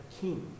king